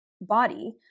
body